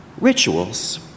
Rituals